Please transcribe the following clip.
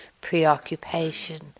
preoccupation